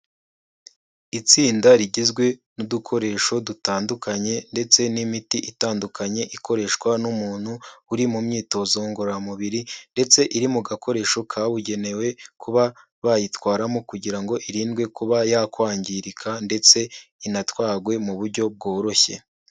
Itsinda rigizwe n'udukoresho dutandukanye ndetse n'imiti itandukanye, ikoreshwa n'umuntu uri mu myitozo ngororamubiri ndetse iri mu gakoresho kabugenewe kuba bayitwaramo kugira ngo irindwe kuba yakwangirika ndetse inatwarwe mu buryo bworoshye.